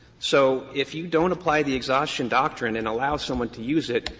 so if you don't apply the exhaustion doctrine and allow someone to use it,